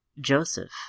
Joseph